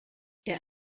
der